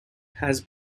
has